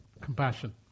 compassion